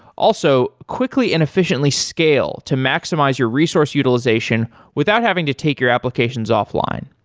also, quickly and efficiently scale to maximize your resource utilization without having to take your applications offline.